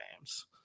games